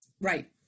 right